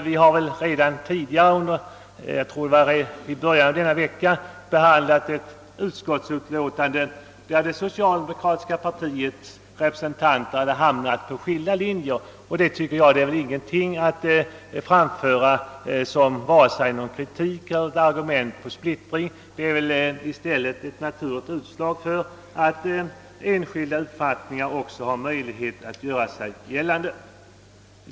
Vi har redan i början av denna vecka behandlat ett utskottsutlåtande, i vilket det socialdemokratiska partiets representanter hade följt skilda linjer. Enligt min mening ger detta inte fog för vare sig kritik eller tal om splittring. I stället är det väl ett naturligt utslag av att enskilda uppfattningar har möjlighet att göra sig gällande.